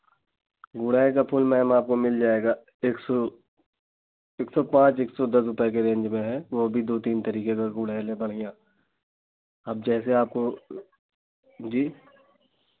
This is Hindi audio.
गुड़हल का फूल मैम आपको मिल जाएगा एक सौ एक सौ पाँच एक सौ दस रुपये के रेंज में है वह भी दो तीन तरीके का गुड़हल है बढ़िया अब जैसे आपको जी